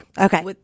Okay